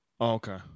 Okay